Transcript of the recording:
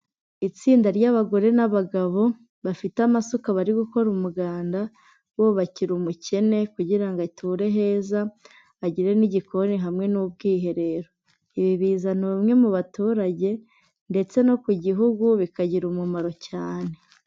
Itsinda ry'abagore n'abagabo bafite amasuka bari gukora umuganda bubakira umukene kugira ngo ature heza, agire n'igikoni hamwe n'ubwiherero. Ibi bizana ubumwe mu baturage ndetse no ku gihugu bikagira umumaro cyane.